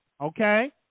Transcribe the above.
Okay